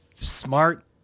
smart